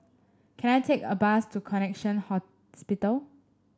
can I take a bus to Connexion Hospital